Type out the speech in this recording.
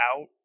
out